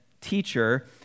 teacher